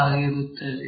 ಆಗಿರುತ್ತದೆ